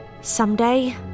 someday